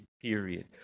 period